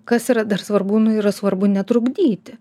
kas yra dar svarbu yra svarbu netrukdyti